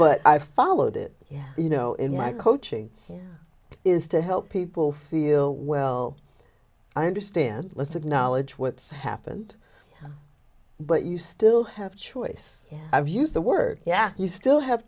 but i followed it yeah you know in my coaching is to help people feel well i understand listen knowledge what's happened but you still have choice yeah i've used the word yeah you still have